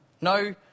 No